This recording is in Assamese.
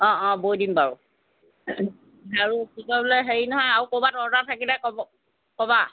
অঁ অঁ বৈ দিম বাৰু আৰু কি কয় বোলে হেৰি নহয় আৰু ক'ৰবাত অৰ্ডাৰ থাকিলে ক'ব ক'বা